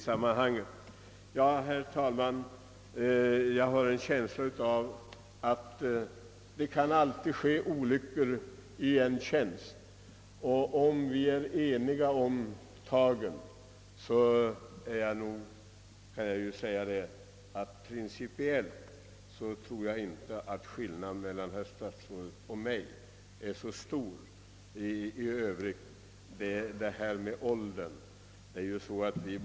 Principiellt tror jag inte — utöver frågan om åldern — att skillnaden mellan herr statsrådets uppfattning och min är så stor.